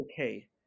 okay